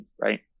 Right